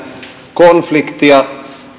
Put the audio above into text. konfliktia